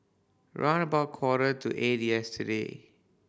round about quarter to eight yesterday